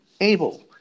able